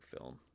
film